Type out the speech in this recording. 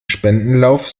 spendenlauf